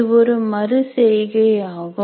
இது ஒரு மறு செய்கை ஆகும்